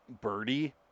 Birdie